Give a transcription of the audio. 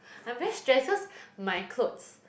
I'm very stressed cause my clothes